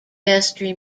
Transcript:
vestry